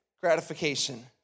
gratification